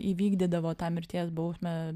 įvykdydavo tą mirties bausmę